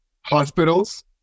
hospitals